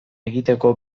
egiteko